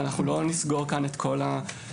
ואנחנו לא נסגור כאן את כל הנקודות.